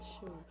Sure